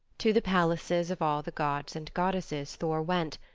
to the palaces of all the gods and goddesses thor went,